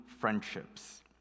friendships